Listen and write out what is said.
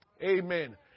Amen